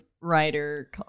writer